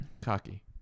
Cocky